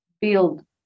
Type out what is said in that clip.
build